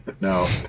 no